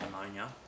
ammonia